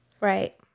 Right